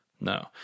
no